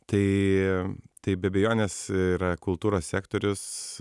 tai tai be abejonės yra kultūros sektorius